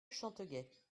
chanteguet